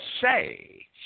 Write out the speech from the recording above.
say